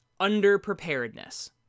underpreparedness